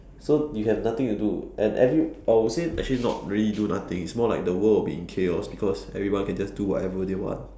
so you have nothing to do and every or would I say actually not really do nothing it's more like the world would be in chaos because everyone can just do whatever they want